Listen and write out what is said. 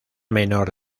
menor